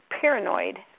paranoid